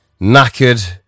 knackered